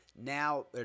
now –